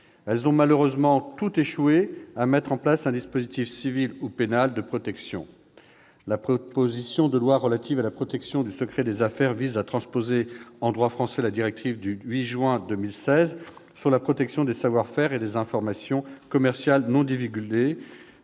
Elles ont malheureusement toutes échoué à mettre en place un dispositif civil ou pénal de protection. La proposition de loi relative à la protection du secret des affaires vise à transposer en droit français la directive du 8 juin 2016 sur la protection des savoir-faire et des informations commerciales non divulguées,